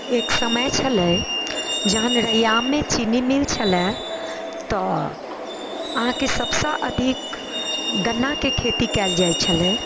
एक समय छलै जहन रैयाममे चीनी मील छलै तऽ अहाँके सभसँ अधिक गन्नाके खेती कयल जाइ छलै